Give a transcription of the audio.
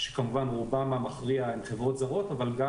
שכמובן רובן המכריע הן חברות זרות אבל גם